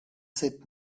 sept